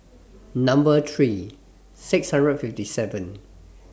Number three six hundred and fifty seven